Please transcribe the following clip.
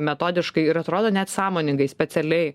metodiškai ir atrodo net sąmoningai specialiai